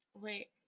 Wait